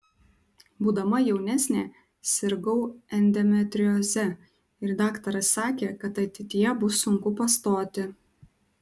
būdama jaunesnė sirgau endometrioze ir daktaras sakė kad ateityje bus sunku pastoti